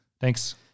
Thanks